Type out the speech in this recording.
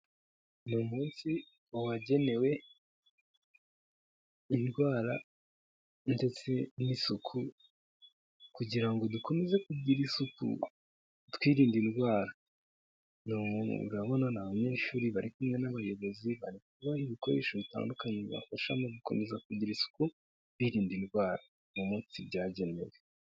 Ni umunsi wagenewe indwara ndetse n'isuku kugira ngo dukomeze kugira isuku twirinde indwara, urabona ni abanyeshuri bari kumwe n'abayobozi, bari kubaha ibikoresho bitandukanye bibafasha mu gukomeza kugira isuku, birinda indwara, ni umunsi byagenewe.